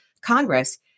Congress